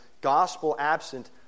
gospel-absent